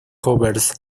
covers